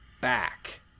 back